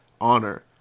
honor